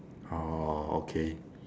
orh okay